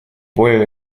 более